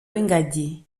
w’ingagi